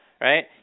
right